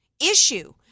issue